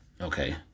Okay